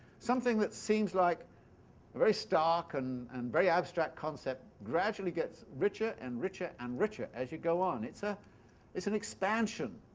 something that seems like stark and and very abstract concept gradually gets richer and richer and richer as you go on. it's ah it's an expansion